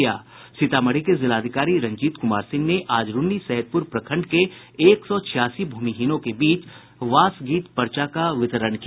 सीतामढ़ी के जिलाधिकारी रंजीत कुमार सिंह ने आज रून्नी सैदपुर प्रखंड के एक सौ छियासी भूमिहीनों के बीच वासगीत पर्चा का वितरण किया